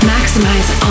Maximize